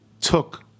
took